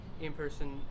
in-person